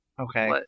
Okay